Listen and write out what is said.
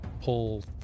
pull